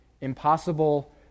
impossible